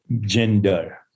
gender